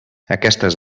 aquestes